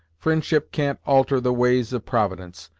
fri'ndship can't alter the ways of providence,